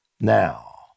Now